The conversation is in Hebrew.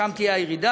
לשם תהיה הירידה,